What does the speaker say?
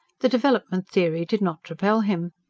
the development theory did not repel him.